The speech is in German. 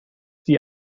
die